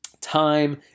time